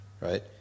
right